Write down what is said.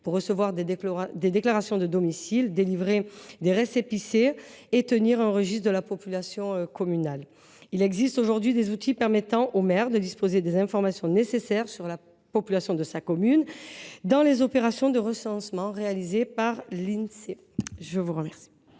pour recueillir les déclarations de domicile, délivrer des récépissés et tenir un registre de la population communale. Il existe aujourd’hui un certain nombre d’outils permettant au maire de disposer des informations nécessaires sur la population de sa commune, dont les opérations de recensement réalisées par l’Insee. La parole